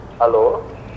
Hello